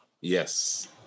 Yes